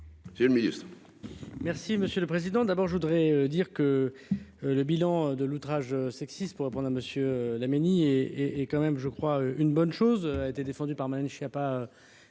Monsieur le ministre,